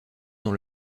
dans